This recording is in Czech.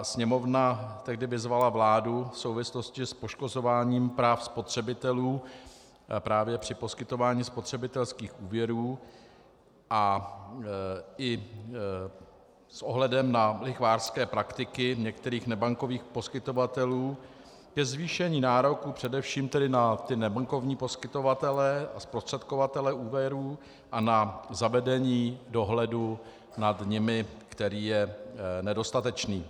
Sněmovna tehdy vyzvala vládu v souvislosti s poškozováním práv spotřebitelů právě při poskytování spotřebitelských úvěrů a i s ohledem na lichvářské praktiky některých nebankovních poskytovatelů ke zvýšení nároků především tedy na nebankovní poskytovatele, zprostředkovatele úvěrů a na zavedení dohledu nad nimi, který je nedostatečný.